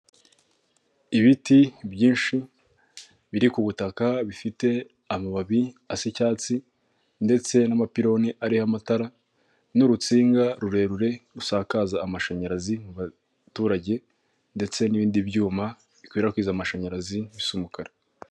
Ibiti byinshi biri ku butaka bifite amababi asa icyatsi ndetse n'amapiloni ariho amatara n'urutsinga rurerure rusakaza amashanyarazi mu baturage ndetse n'ibindi byuma bikwirakwiza amashanyarazi bise umukara.